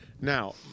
Now